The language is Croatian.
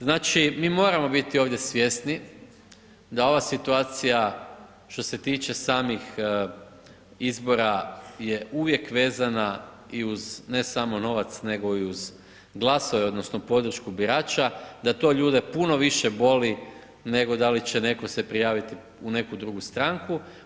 Znači, mi moramo biti ovdje svjesni da ova situacija što se tiče samih izbora je uvijek vezana i uz ne samo novac nego i uz glasove odnosno podršku birača, da to ljude puno više boli, nego da li će netko se prijaviti u neku drugu stranku.